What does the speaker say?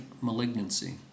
malignancy